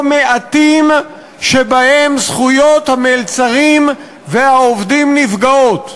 מעטים שבהם זכויות המלצרים והעובדים נפגעות.